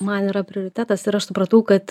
man yra prioritetas ir aš supratau kad